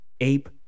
Ape